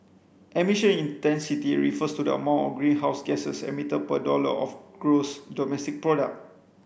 emission intensity refers to the amount of greenhouse gases emitted per dollar of gross domestic product